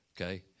Okay